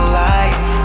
lights